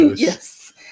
Yes